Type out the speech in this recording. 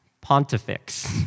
Pontifex